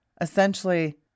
Essentially